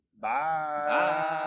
Bye